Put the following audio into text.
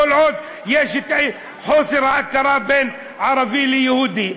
כל עוד יש חוסר ההכרה בין ערבי ליהודי,